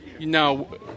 No